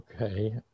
Okay